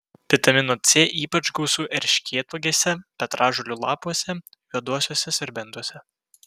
vitamino c ypač gausu erškėtuogėse petražolių lapuose juoduosiuose serbentuose